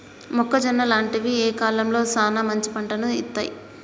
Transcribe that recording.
మొక్కజొన్న లాంటివి ఏ కాలంలో సానా మంచి పంటను ఇత్తయ్?